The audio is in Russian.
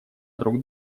друг